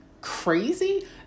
crazy